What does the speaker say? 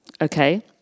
Okay